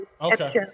Okay